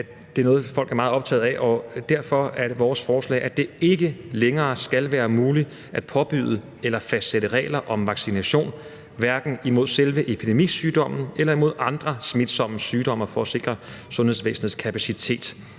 og se at folk er meget optaget af. Derfor er det vores forslag, at det ikke længere skal være muligt at påbyde eller fastsætte regler om vaccination, hverken imod selve den epidemiske sygdom eller imod andre smitsomme sygdomme for at sikre sundhedsvæsenets kapacitet.